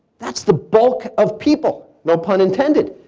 that's the bulk of people. no pun intended.